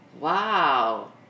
Wow